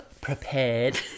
prepared